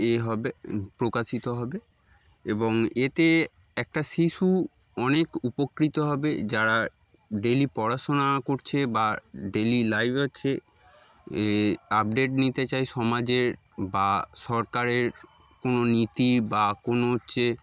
এ হবে প্রকাশিত হবে এবং এতে একটা শিশু অনেক উপকৃত হবে যারা ডেইলি পড়াশোনা করছে বা ডেইলি লাইফে হচ্ছে এ আপডেট নিতে চায় সমাজের বা সরকারের কোনো নীতি বা কোনো হচ্ছে